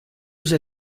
usa